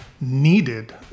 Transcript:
needed